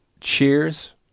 Cheers